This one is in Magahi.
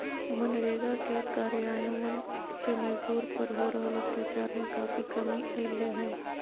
मनरेगा के कार्यान्वन से मजदूर पर हो रहल अत्याचार में काफी कमी अईले हें